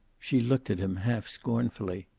she looked at him half scornfully.